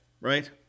right